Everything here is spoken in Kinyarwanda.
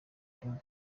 dog